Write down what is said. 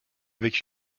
avec